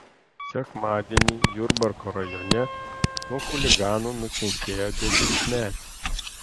sekmadienį jurbarko rajone nuo chuliganų nukentėjo dešimtmetė